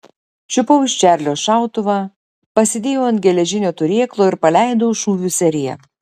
čiupau iš čarlio šautuvą pasidėjau ant geležinio turėklo ir paleidau šūvių seriją